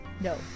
No